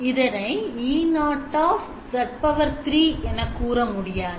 இதனைE0 என கூறமுடியாது